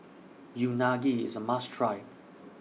Unagi IS A must Try